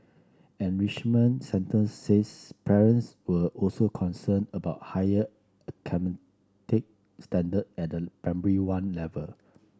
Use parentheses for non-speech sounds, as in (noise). enrichment centres says parents were also concerned about higher (unintelligible) standard at the Primary One level